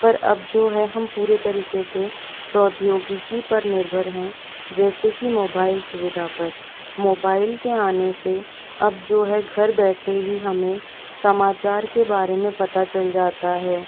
पर अब जो है हम पूरे तरीके से प्रौद्योगिकी पर निर्भर हैं जैसे कि मोबाईल सुविधा पर मोबाईल के आने से अब जो है घर बैठे ही हमें समाचार के बारे में पता चल जाता है